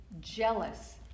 jealous